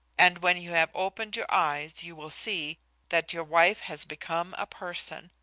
and when you have opened your eyes you will see that your wife has become a person,